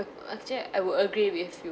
uh actually I would agree with you